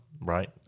right